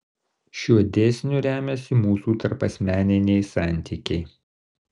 šiuo dėsniu remiasi mūsų tarpasmeniniai santykiai